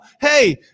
hey